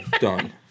done